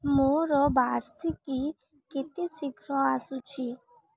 ମୋର ବାର୍ଷିକୀ କେତେ ଶୀଘ୍ର ଆସୁଛି